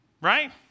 right